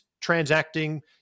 transacting